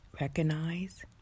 recognize